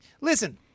Listen